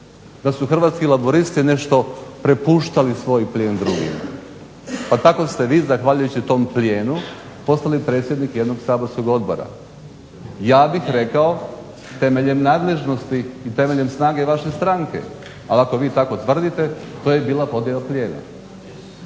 da su Hrvatski laburisti nešto prepuštali svoj plijen drugima. Pa tako ste vi zahvaljujući tom plijenu postali i predsjednik jednog saborskog odbora. Ja bih rekao temeljem nadležnosti i temeljem snage vaše stranke. Ali ako vi tako tvrdite to je bila podjela plijena.